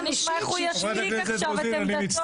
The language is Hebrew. בואו נשמע איך הוא יצדיק עכשיו את עמדתו.